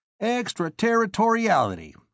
Extraterritoriality